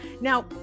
Now